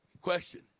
Question